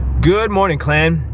good morning clan.